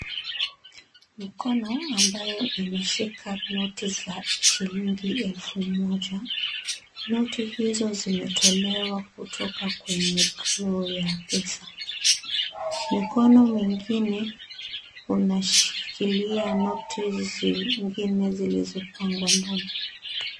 Mkono ambayo imeshika noti za shilingi elfu moja, noti hizo zimetolewa kutoka kwenye drawer ya pesa. Mikono mingine unashikilia noti zingine zilizopangwa ndani.